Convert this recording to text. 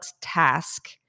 task